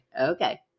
Okay